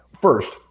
first